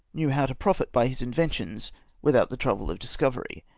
knew how to profit by his inventions without the trouble of discovery,